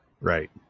Right